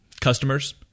customers